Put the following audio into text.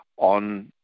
on